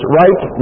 right